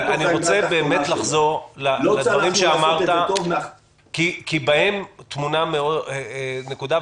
אני רוצה לחזור לדברים שאמרת כי בהם טמונה נקודה,